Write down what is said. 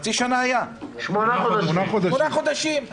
שמונה חודשים.